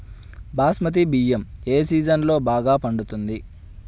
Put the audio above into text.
బాస్మతి బియ్యం ఏ సీజన్లో బాగా పండుతుంది?